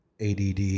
ADD